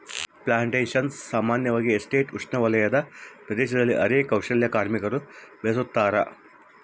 plantations ಸಾಮಾನ್ಯವಾಗಿ estate ಉಪೋಷ್ಣವಲಯದ ಪ್ರದೇಶದಲ್ಲಿ ಅರೆ ಕೌಶಲ್ಯದ ಕಾರ್ಮಿಕರು ಬೆಳುಸತಾರ